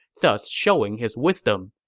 thus showing his wisdom.